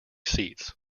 seats